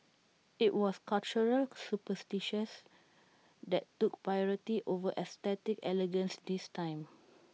IT was cultural superstitions that took priority over aesthetic elegance this time